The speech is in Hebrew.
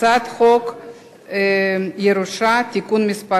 הצעת חוק הירושה (תיקון מס'